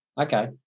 Okay